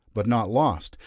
but not lost,